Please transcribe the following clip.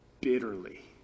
bitterly